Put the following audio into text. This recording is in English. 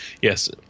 Yes